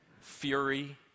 fury